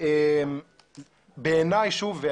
בעיניי שוב,